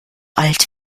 alt